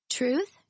Truth